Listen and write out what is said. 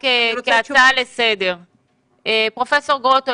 פרופ' גרוטו,